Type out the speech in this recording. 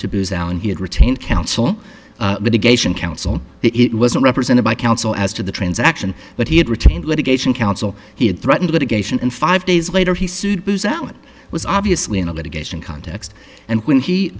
had retained counsel with a geisha counsel it was not represented by counsel as to the transaction but he had retained litigation counsel he had threatened litigation and five days later he sued booz allen was obviously in a litigation context and when he